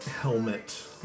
Helmet